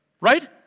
right